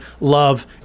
love